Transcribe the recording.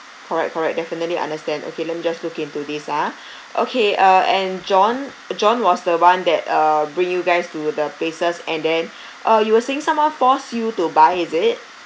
correct correct definitely understand okay let me just look into this ah okay uh and john john was the one that uh bring you guys to the places and then uh you were saying someone forced you to buy is it